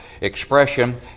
expression